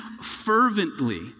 fervently